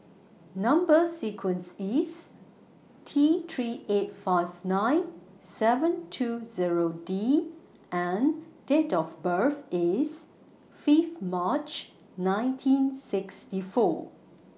Number sequence IS T three eight five nine seven two Zero D and Date of birth IS five March nineteen sixty four